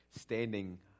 standing